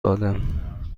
دادم